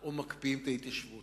או מקפיאים את ההתיישבות.